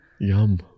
yum